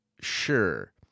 sure